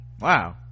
Wow